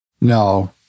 No